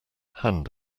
hand